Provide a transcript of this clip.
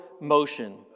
motion